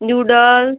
noodle